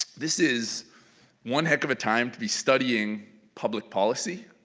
this is one heck of a time to be studying public policy